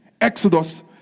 Exodus